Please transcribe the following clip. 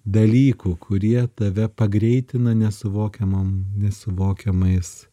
dalykų kurie tave pagreitina nesuvokiamam nesuvokiamais